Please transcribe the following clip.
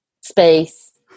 space